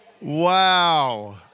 Wow